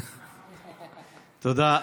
שנייה,